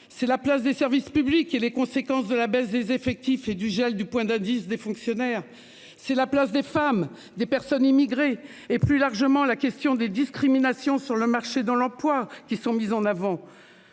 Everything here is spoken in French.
C'est la place des services publics et les conséquences de la baisse des effectifs et du gel du point d'indice des fonctionnaires, c'est la place des femmes des personnes immigrées et plus largement la question des discriminations sur le marché dans l'emploi qui sont mises en avant